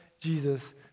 Jesus